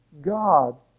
God